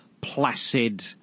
placid